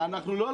לא,